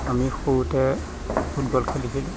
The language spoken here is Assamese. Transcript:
আমি সৰুতে ফুটবল খেলিছিলো